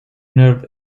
nerve